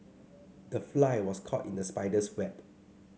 the fly was caught in the spider's web